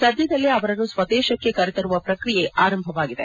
ಸದ್ಯದಲ್ಲೇ ಅವರನ್ನು ಸ್ವದೇಶಕ್ಕೆ ಕರೆತರುವ ಪ್ರಕ್ರಿಯೆ ಆರಂಭವಾಗಿದೆ